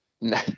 No